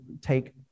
take